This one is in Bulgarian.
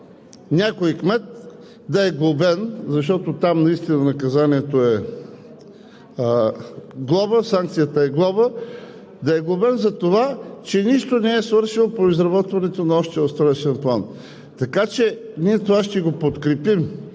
някой кмет да е глобен – защото там наистина наказанието е глоба, санкцията е глоба, затова че нищо не е свършил по изработването на общия устройствен план. Така че ние това ще го подкрепим,